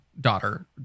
daughter